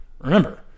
Remember